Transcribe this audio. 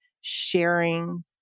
sharing